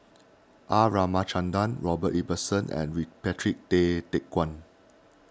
R Ramachandran Robert Ibbetson and RePatrick Tay Teck Guan